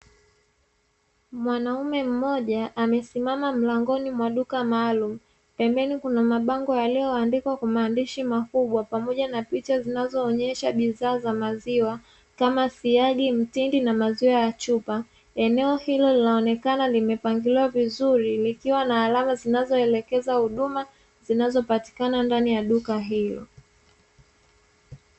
Mwanaume mmoja amesimama mlangoni mwa duka maalum pembeni mwa mabango yaliyoandikwa kwa maandishi makubwa pamoja na picha zinazoonyesha bidhaa za maziwa kama siagi, mtindi na maziwa ya chupa. Eneo hilo linaonekana limepangiliwa vizuri likiwa na alama zinazoelekeza huduma zinazopatikana ndani ya duka hilo.